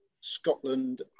Scotland